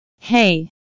Hey